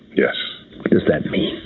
yes. what does that mean?